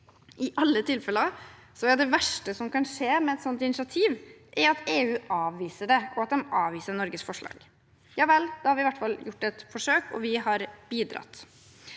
I alle tilfeller er det verste som kan skje med et sånt initiativ, at EU avviser det, og at de avviser Norges forslag. Ja vel, da har vi i hvert fall gjort et forsøk, og vi har bidratt.